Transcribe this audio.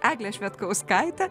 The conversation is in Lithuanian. egle švedkauskaite